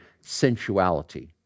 sensuality